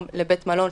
לבית מלון,